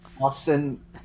Austin